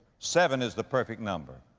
seven is the perfect number.